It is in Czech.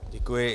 Děkuji.